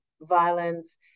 violence